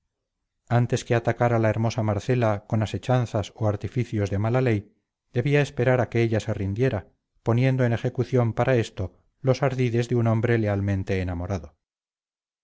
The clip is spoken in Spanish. antes que atacar a la hermosa marcela con asechanzas o artificios de mala ley debía esperar a que ella se rindiera poniendo en ejecución para esto los ardides de un hombre lealmente enamorado